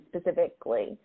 specifically